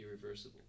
irreversible